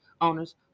owners